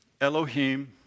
Elohim